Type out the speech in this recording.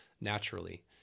naturally